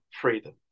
freedom